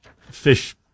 fish